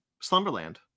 slumberland